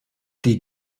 die